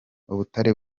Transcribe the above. ubutare